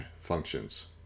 functions